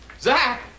Zach